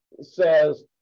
says